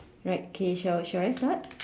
right kay shall shall I start